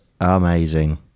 amazing